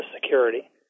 security